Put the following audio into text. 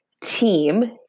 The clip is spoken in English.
team